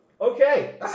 Okay